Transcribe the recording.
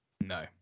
No